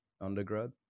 undergrad